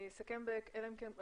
פרופסור שפירא,